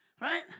Right